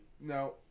No